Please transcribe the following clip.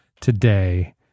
today